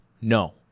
No